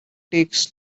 takes